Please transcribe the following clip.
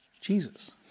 Jesus